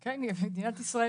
אני מזכירה: מדובר באסון